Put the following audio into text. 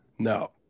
No